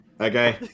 Okay